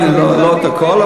לא את הכול,